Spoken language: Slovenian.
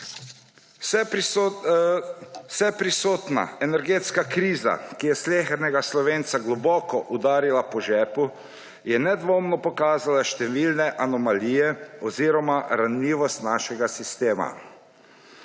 Vseprisotna energetska kriza, ki je slehernega Slovenca globoko udarila po žepu, je nedvomno pokazala številne anomalije oziroma ranljivost našega sistema.